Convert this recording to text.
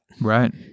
Right